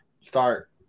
start